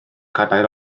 cadair